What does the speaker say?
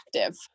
active